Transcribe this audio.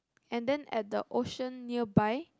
and then at the ocean nearby